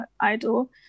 idol